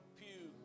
pew